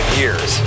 years